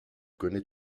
connaît